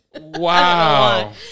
Wow